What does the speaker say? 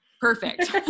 Perfect